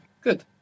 Good